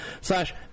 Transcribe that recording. slash